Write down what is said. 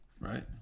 right